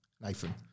Nathan